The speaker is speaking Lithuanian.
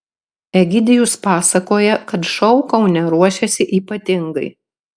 egidijus pasakoja kad šou kaune ruošiasi ypatingai